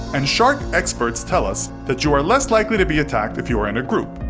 and shark experts tell us that you are less likely to be attacked if you are in a group.